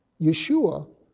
Yeshua